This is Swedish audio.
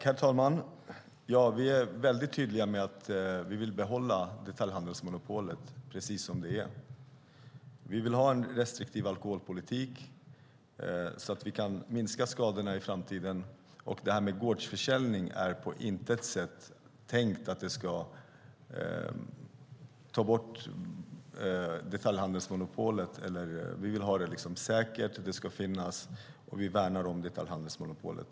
Herr talman! Vi är tydliga med att vi vill behålla detaljhandelsmonopolet precis som det är. Vi vill ha en restriktiv alkoholpolitik så att vi kan minska skadorna i framtiden. När det gäller gårdsförsäljning är det på intet sätt tänkt att det ska ta bort detaljhandelsmonopolet. Vi vill ha det hela säkert, och vi värnar detaljhandelsmonopolet.